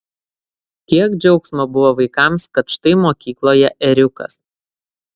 kiek džiaugsmo buvo vaikams kad štai mokykloje ėriukas